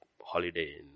holiday